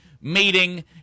meeting